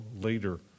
later